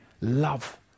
love